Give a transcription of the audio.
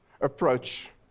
approach